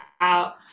out